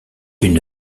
une